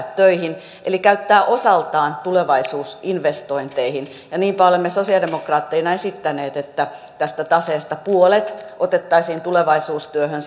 töihin eli käyttää osaltaan tulevaisuusinvestointeihin niinpä olemme sosialidemokraatteina esittäneet että tästä taseesta puolet otettaisiin tulevaisuustyöhön